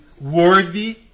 worthy